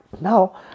Now